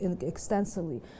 extensively